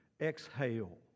Exhale